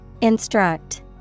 Instruct